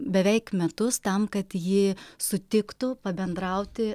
beveik metus tam kad ji sutiktų pabendrauti